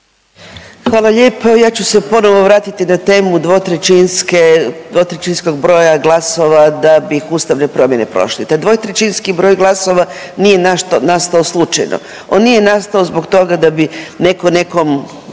Hvala lijepo. Ja ću se ponovo vratiti na temu dvotrećinske, dvotrećinskog broja glasova da bi ustavne promjene prošle. Taj dvotrećinski broj glasova nije nastao slučajno, on nije nastao zbog toga da bi neko nekom,